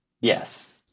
Yes